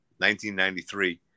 1993